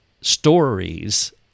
stories